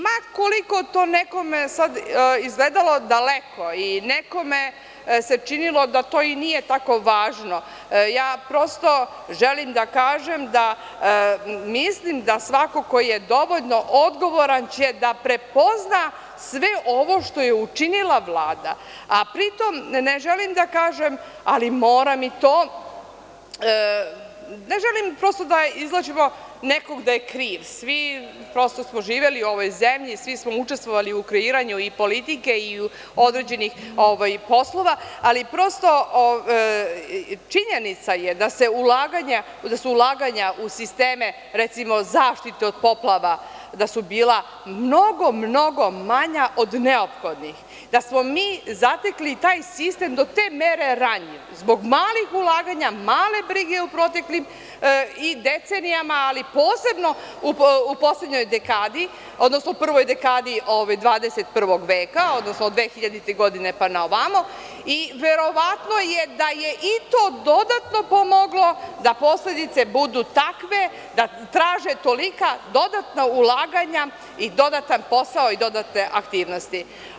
Ma koliko to nekome sada izgledalo daleko i nekome se činilo da to i nije tako važno, prosto želim da kažem da mislim da svako ko je dovoljno odgovoran će da prepozna sve ovo što je učinila Vlada, a pri tom ne želim da kažem, ali moram i to, ne želim prosto da izvlačimo nekog da je kriv, svi smo živeli u ovoj zemlji, svi smo učestvovali u kreiranju i politike i određenih poslova, ali prosto je činjenica da su ulaganja u sisteme recimo zaštite od poplava bila mnogo, mnogo manja od neophodnih, da smo mi zatekli taj sistem do te mere ranjiv zbog malih ulaganja, male brige u proteklim decenijama, ali posebno u prvoj dekadi 21. veka, odnosno od 2000. godine, pa na ovamo i verovatno je da je i to dodatno pomoglo da posledice budu takve da traže tolika dodatna ulaganja i dodatan posao i dodatne aktivnosti.